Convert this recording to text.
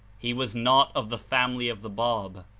he was not of the family of the bab,